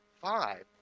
Five